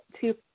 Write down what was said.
two